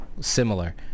similar